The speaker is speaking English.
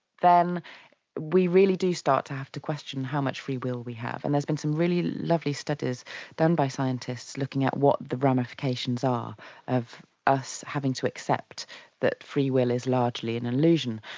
then we really do start to have to question how much free will we have. and there's been some really lovely studies done by scientists looking at what the ramifications are of us having to accept that free will is largely an illusion.